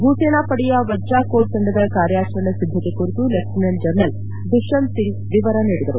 ಭೂ ಸೇನಾ ಪಡೆಯ ವಜ್ರಾ ಕೋರ್ ತಂಡದ ಕಾರ್ಯಾಚರಣೆ ಸಿದ್ದತೆ ಕುರಿತು ಲೆಫ್ಲಿನೆಂಟ್ ಜನರಲ್ ದುಷ್ಟಂತ್ಸಿಂಗ್ ವಿವರ ನೀಡಿದರು